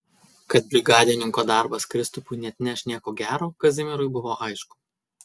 kad brigadininko darbas kristupui neatneš nieko gero kazimierui buvo aišku